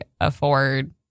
afford